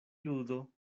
ludo